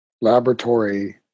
laboratory